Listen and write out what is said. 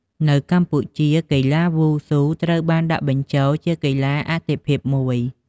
នៅកម្ពុជា កីឡាវ៉ូស៊ូត្រូវបានដាក់បញ្ចូលជាកីឡាអាទិភាពមួយ។